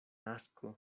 asco